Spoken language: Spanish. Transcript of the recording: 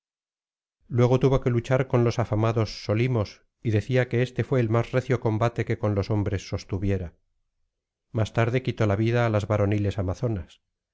luego tuvo que luchar con los afamados solimos y decía que éste fué el más recio combate que con hombres sostuviera más tarde quitó la vida á las varoniles amazonas